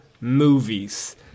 movies